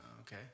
Okay